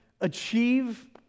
achieve